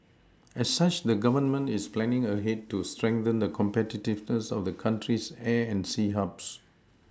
as such the Government is planning ahead to strengthen the competitiveness of the country's air and sea Hubs